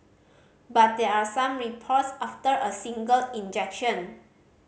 but there are some reports after a single injection